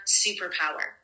superpower